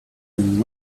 and